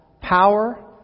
power